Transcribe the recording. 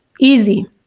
Easy